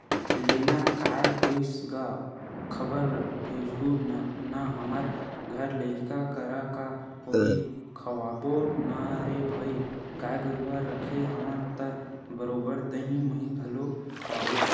लेना काय होइस गा खबर भेजहूँ ना हमर घर लइका करा का होही खवाबो ना रे भई गाय गरुवा रखे हवन त बरोबर दहीं मही घलोक खवाबो